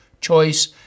Choice